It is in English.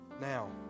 Now